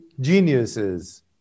geniuses